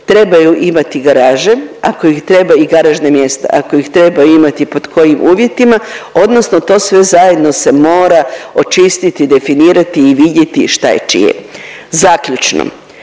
trebaju imati garaže ako ih treba i garažna mjesta, ako ih trebaju imati pod kojim uvjetima odnosno to sve zajedno se mora očistiti definirati i vidjeti šta je čije. Zaključno,